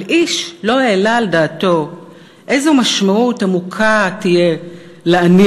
אבל איש לא העלה על דעתו איזו משמעות עמוקה תהיה ל"אני